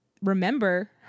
remember